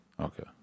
Okay